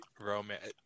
romance